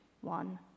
one